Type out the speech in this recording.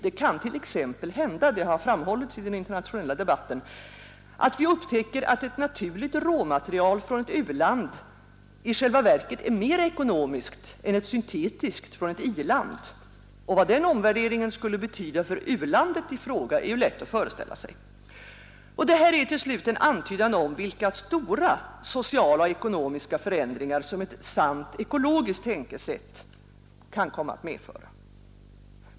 Det kan t.ex. hända — det har framhållits i den internationella debatten — att vi upptäcker att ett naturligt råmaterial från ett u-land i själva verket är mer ekonomiskt än ett syntetiskt från ett i-land. Vad den omvärderingen skulle betyda för u-landet i fråga är lätt att föreställa sig. Detta är till slut en antydan om vilka stora sociala och ekonomiska förändringar som ett sant ekologiskt tänkesätt kan komma att medföra.